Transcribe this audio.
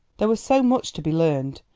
there was so much to be learned,